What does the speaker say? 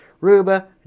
Ruba